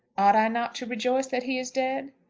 ought i not to rejoice that he is dead?